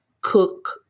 cook